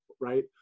right